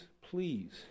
please